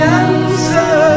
answer